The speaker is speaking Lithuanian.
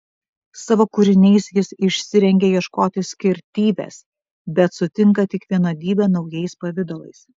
savo kūriniais jis išsirengia ieškoti skirtybės bet sutinka tik vienodybę naujais pavidalais